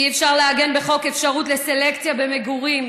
אי-אפשר לעגן בחוק אפשרות לסלקציה במגורים.